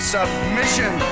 Submission